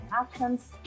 actions